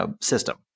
system